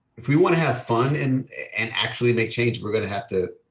if we wanna have fun and and actually make change we're gonna have to,